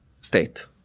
state